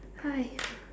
!haiya!